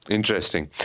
Interesting